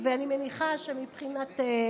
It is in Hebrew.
ואני מניחה שמבחינתנו,